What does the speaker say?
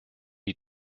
die